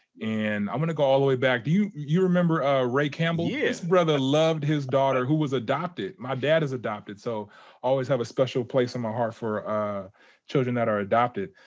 and i want to go all the way back. do you you remember ah ray campbell? yes. brother loved his daughter, who was adopted. my dad is adopted, so i always have a special place in my heart for ah children that are adopted.